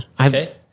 Okay